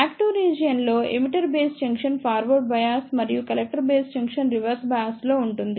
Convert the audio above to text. active రీజియన్లో emitter base junction forward bias మరియు collector base junction reverse bias లో ఉంటుంది